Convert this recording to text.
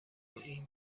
این